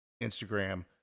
Instagram